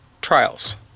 trials